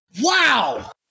Wow